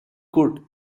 could